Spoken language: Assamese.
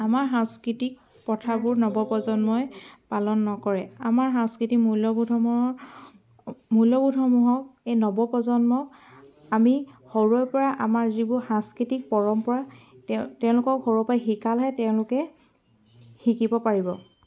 আমাৰ সাংস্কৃতিক প্ৰথাবোৰ নৱ প্ৰজন্মই পালন নকৰে আমাৰ সাংস্কৃতিক মূল্যবোধ সমূহৰ মূল্যবোধসমূহক এই নৱ প্ৰজন্মক আমি সৰুৰেপৰা আমাৰ যিবোৰ সাংস্কৃতিক পৰম্পৰা তেওঁ তেওঁলোকক সৰুৰেপৰা শিকালেহে তেওঁলোকে শিকিব পাৰিব